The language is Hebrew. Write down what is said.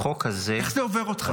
החוק הזה --- איך זה עובר אותך?